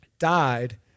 died